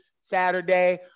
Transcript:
Saturday